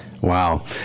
Wow